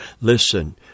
Listen